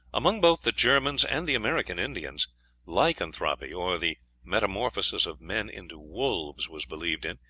among both the germans and the american indians lycanthropy, or the metamorphosis of men into wolves, was believed in.